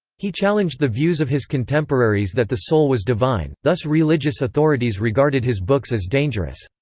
he challenged the views of his contemporaries that the soul was divine, thus religious authorities regarded his books as dangerous.